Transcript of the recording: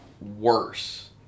worse